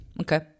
Okay